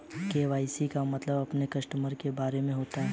KYC का मतलब अपने कस्टमर के बारे में होता है